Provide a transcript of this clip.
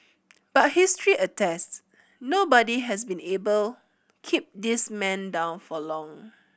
but history attests nobody has been able keep this man down for long